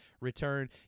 return